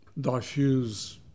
diffuse